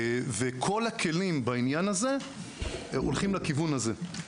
וכל הכלים בעניין הזה הולכים לכיוון הזה.